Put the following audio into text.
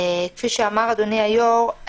כפי שאמר אדוני היו"ר,